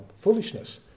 foolishness